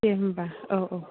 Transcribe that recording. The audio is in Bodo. दे होमबा औ